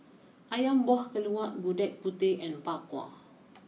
Ayam Buah Keluak Gudeg Putih and Bak Kwa